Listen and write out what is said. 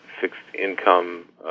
fixed-income